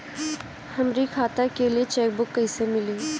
हमरी खाता के लिए चेकबुक कईसे मिली?